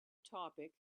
topic